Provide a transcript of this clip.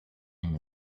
and